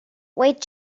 wait